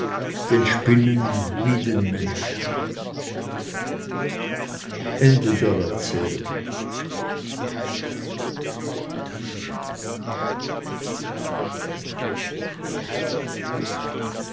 den spinnen wie den menschen